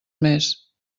més